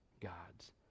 God's